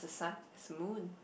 the sun as moon